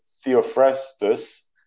Theophrastus